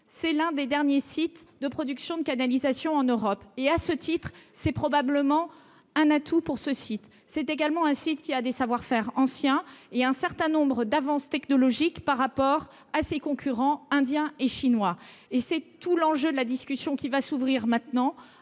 c'est l'un des derniers sites de production de canalisations en Europe. C'est probablement un atout, de même que la présence de savoir-faire anciens et d'un certain nombre d'avances technologiques par rapport aux concurrents indiens et chinois. C'est tout l'enjeu de la discussion qui va s'ouvrir maintenant